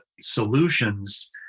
solutions